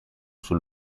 sul